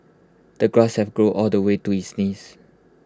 the grass have grown all the way to his knees